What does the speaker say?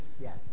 yes